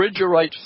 refrigerate